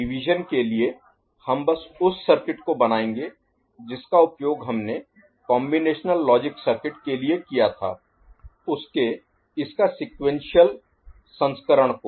division Division विभाजन के लिए हम बस उस सर्किट को बनाएंगे जिसका उपयोग हमने कॉम्बिनेशनल लॉजिक सर्किट के लिए किया था उसके इसका सीक्वेंशियल संस्करण को